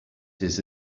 this